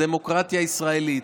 בדמוקרטיה הישראלית,